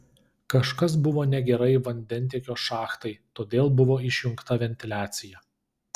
kažkas buvo negerai vandentiekio šachtai todėl buvo išjungta ventiliacija